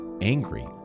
angry